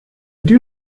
did